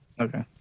okay